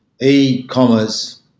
e-commerce